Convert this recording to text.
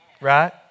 Right